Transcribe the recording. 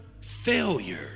failure